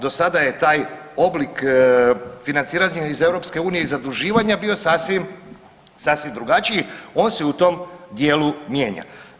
Do sada je taj oblik financiranja iz EU i zaduživanja bio sasvim, sasvim drugačiji, on se u tom dijelu mijenja.